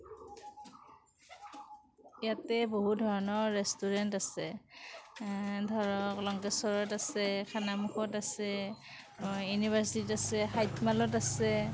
ইয়াতে বহু ধৰণৰ ৰেষ্টুৰেন্ট আছে ধৰক লঙ্কেশ্বৰত আছে খনামুখত আছে ইউনিভাৰ্চিটিত আছে হাইটমালত আছে